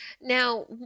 Now